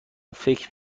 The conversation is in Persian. فکر